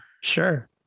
Sure